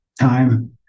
time